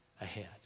ahead